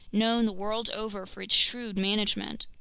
known the world over for its shrewd management.